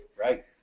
Right